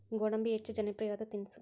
ಗೋಡಂಬಿ ಹೆಚ್ಚ ಜನಪ್ರಿಯವಾದ ತಿನಿಸು